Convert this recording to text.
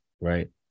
Right